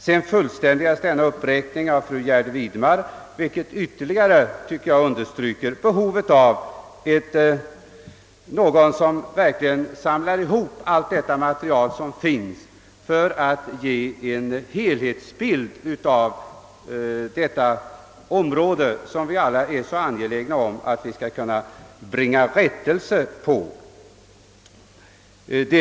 Denna uppräkning fullständigades av fru Gärde Widemar, vilket ytterligare, tycker jag, understryker behovet av att någon verkligen samlar ihop det material som finns för att ge en helhetsbild om situationen på detta område — vi är ju alla så angelägna att komma till rätta med dessa problem.